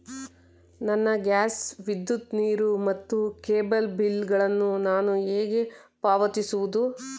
ನನ್ನ ಗ್ಯಾಸ್, ವಿದ್ಯುತ್, ನೀರು ಮತ್ತು ಕೇಬಲ್ ಬಿಲ್ ಗಳನ್ನು ನಾನು ಹೇಗೆ ಪಾವತಿಸುವುದು?